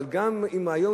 אבל גם היום,